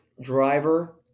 driver